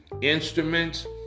instruments